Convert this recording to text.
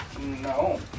No